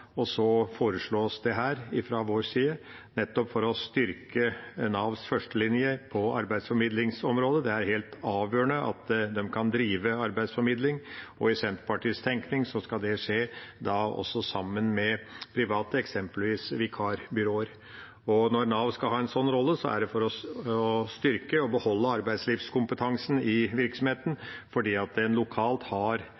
og så foreslås det her fra vår side, nettopp for å styrke Navs førstelinje på arbeidsformidlingsområdet. Det er helt avgjørende at de kan drive arbeidsformidling, og i Senterpartiets tenkning skal det skje også sammen med private, eksempelvis vikarbyråer. Når Nav skal ha en slik rolle, er det for å styrke og beholde arbeidslivskompetansen i